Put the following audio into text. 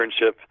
internship